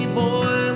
boy